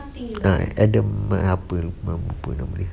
ah adam apa dah lupa nama dia